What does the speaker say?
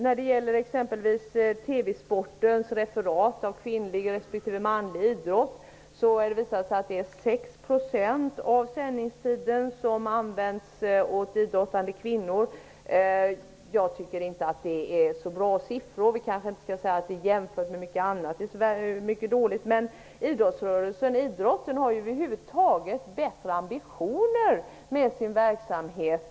När det gäller exempelvis TV-sportens referat av kvinnlig respektive manlig idrott, visar det sig att Jag tycker inte att det är så bra. Jämfört med mycket annat kanske det inte är så dåligt, men idrottsrörelsen har över huvud taget bättre ambitioner med sin verksamhet.